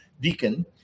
deacon